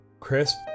Crisp